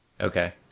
Okay